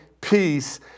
peace